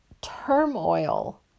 turmoil